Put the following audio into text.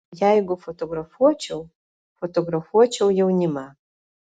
jeigu fotografuočiau fotografuočiau jaunimą